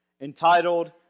entitled